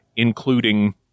including